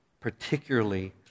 particularly